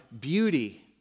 beauty